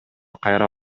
кайра